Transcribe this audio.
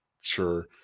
Sure